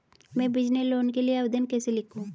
मैं business loan के लिए आवेदन कैसे लिखूँ?